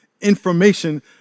information